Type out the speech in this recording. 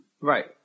Right